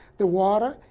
the water,